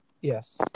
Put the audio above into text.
Yes